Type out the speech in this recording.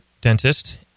dentist